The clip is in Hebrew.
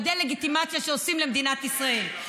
והדה-לגיטימציה שעושים למדינת ישראל.